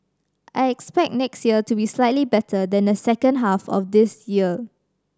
I expect next year to be slightly better than the second half of this year